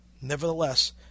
Nevertheless